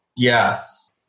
Yes